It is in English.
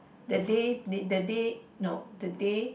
the day the day no the day